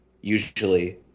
usually